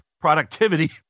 productivity